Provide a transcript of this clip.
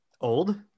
Old